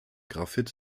graphit